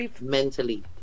mentally